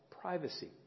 privacy